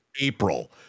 April